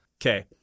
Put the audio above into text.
Okay